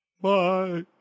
Bye